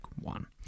one